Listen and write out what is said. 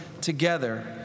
together